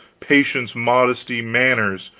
patience, modesty, manners,